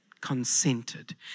consented